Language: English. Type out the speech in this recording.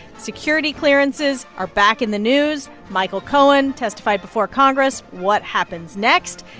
security clearances are back in the news. michael cohen testified before congress. what happens next?